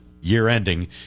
year-ending